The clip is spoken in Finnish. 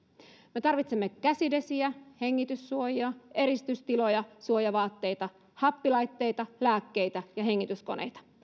me tarvitsemme käsidesiä hengityssuojia eristystiloja suojavaatteita happilaitteita lääkkeitä ja hengityskoneita